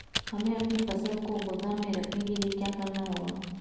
हमें अपनी फसल को गोदाम में रखने के लिये क्या करना होगा?